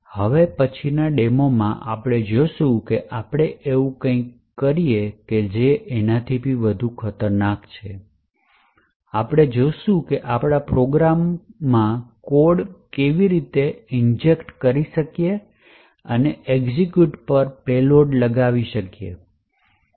હવે પછીના ડેમોમાં આપણે જોશું કે આપણે એવું કઈંક કઈ રીતે કરી શકીએ જે વધુ ખતરનાક છે આપણે જોશું કે આપણે પ્રોગ્રામમાં કોડ કેવી રીતે ઇન્જેક્ટ કરી શકીએ અને એક્ઝેક્યુટ પર પેલોડ લગાવી શકીએ